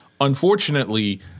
Unfortunately